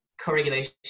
co-regulation